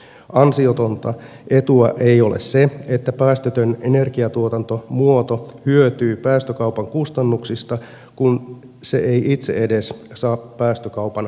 ansiotonta etua ei ole se että päästötön energiatuotantomuoto hyötyy päästökaupan kustannuksista kun se ei itse edes saa päästökaupan tuloja